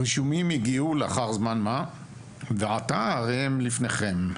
הרישומים הגיעו לאחר זמן מה ועתה הרי הם לפניכם.